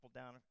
down